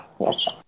Yes